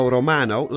Romano